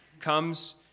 comes